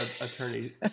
attorney